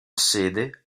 sede